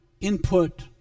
input